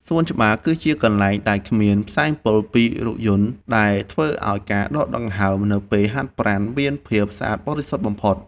សួនច្បារ គឺជាកន្លែងដែលគ្មានផ្សែងពុលពីរថយន្តដែលធ្វើឱ្យការដកដង្ហើមនៅពេលហាត់ប្រាណមានភាពស្អាតបរិសុទ្ធបំផុត។